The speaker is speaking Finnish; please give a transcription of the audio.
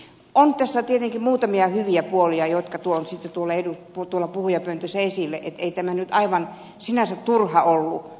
on tässä tietenkin muutamia hyviä puolia jotka tuon sitten tuolla puhujapöntössä esille että ei tämä yritys nyt sinänsä aivan turha ollut